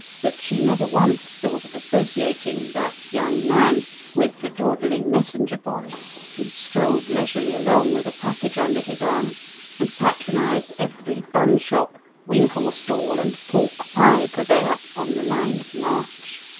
that she never once thought of associating that young man with the dawdling messenger boy who strolled leisurely along with a package under his arm and patronised every bun-shop, winkle-stall, and pork-pie purveyor on the line of march.